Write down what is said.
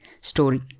story